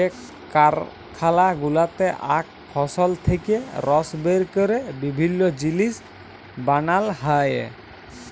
যে কারখালা গুলাতে আখ ফসল থেক্যে রস বের ক্যরে বিভিল্য জিলিস বানাল হ্যয়ে